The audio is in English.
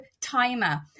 timer